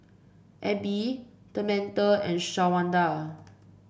Abbie Tamatha and Shawanda